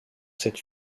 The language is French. cette